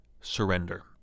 Surrender